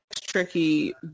Tricky